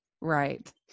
Right